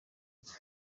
uyu